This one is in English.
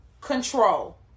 control